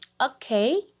Okay